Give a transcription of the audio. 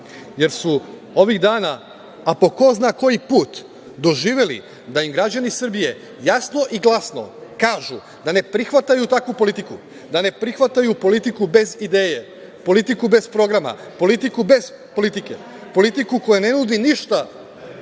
jer su ovih dana, a po ko zna koji put, doživeli da im građani Srbije jasno i glasno kažu da ne prihvataju takvu politiku, da ne prihvataju politiku bez ideje, politiku bez programa, politiku bez politike, politiku koja ne nudi ništa,